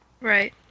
Right